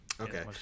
Okay